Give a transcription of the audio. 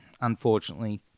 unfortunately